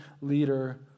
leader